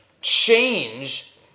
change